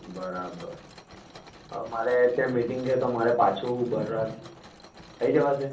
બરાબર હવે મારે ત્યાં મિટિંગ છે તો મારે પાછું બરોડાથી આવી જવાશે